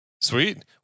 Sweet